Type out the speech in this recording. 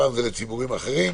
פעם לציבורים אחרים.